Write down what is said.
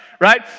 right